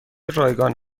رایگان